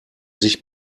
sich